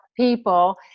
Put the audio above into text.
people